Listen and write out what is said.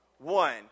One